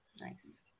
nice